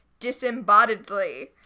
disembodiedly